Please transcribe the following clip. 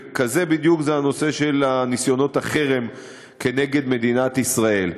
וכזה בדיוק הוא הנושא של ניסיונות החרם נגד מדינת ישראל.